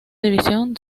división